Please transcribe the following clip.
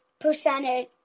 Percentage